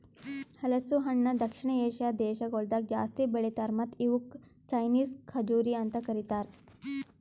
ಹಲಸು ಹಣ್ಣ ದಕ್ಷಿಣ ಏಷ್ಯಾದ್ ದೇಶಗೊಳ್ದಾಗ್ ಜಾಸ್ತಿ ಬೆಳಿತಾರ್ ಮತ್ತ ಇವುಕ್ ಚೈನೀಸ್ ಖಜುರಿ ಅಂತ್ ಕರಿತಾರ್